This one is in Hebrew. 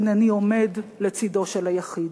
הנני עומד לצדו של היחיד.